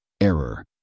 Error